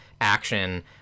action